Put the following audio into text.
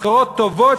במשכורות טובות,